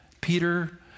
Peter